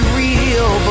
real